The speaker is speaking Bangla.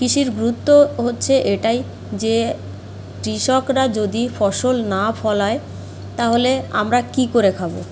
কিষির গুরুত্ব হচ্ছে এটাই যে কৃষকরা যদি ফসল না ফলায় তাহলে আমরা কী করে খাবো